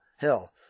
Hill